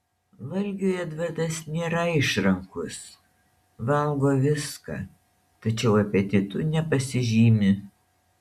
valgiui edvardas nėra išrankus valgo viską tačiau apetitu nepasižymi